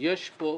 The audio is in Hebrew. שיש כאן